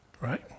Right